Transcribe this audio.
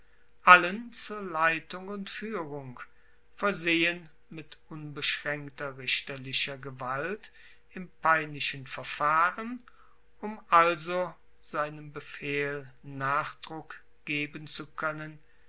allen zur leitung und fuehrung versehen mit unbeschraenkter richterlicher gewalt im peinlichen verfahren um also seinem befehl nachdruck geben zu koennen